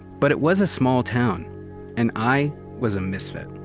but it was a small town and i was a misfit.